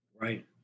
Right